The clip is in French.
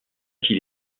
qu’il